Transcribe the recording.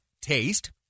taste